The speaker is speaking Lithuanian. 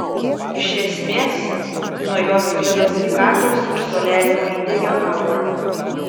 iš esmės nuo jos sklido sveikatos ir soliariumo įdegio aura